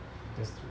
that's true